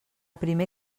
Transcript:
primer